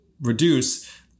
reduce